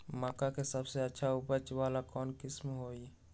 मक्का के सबसे अच्छा उपज वाला कौन किस्म होई?